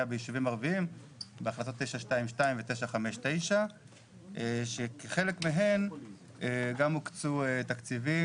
בישובים ערביים בהחלטות 922 ו-959 שכחלק מהן גם הוקצו תקציבים